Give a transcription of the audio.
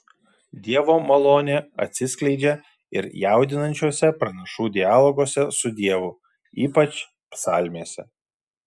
dievo malonė atsiskleidžia ir jaudinančiuose pranašų dialoguose su dievu ypač psalmėse